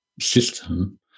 system